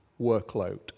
workload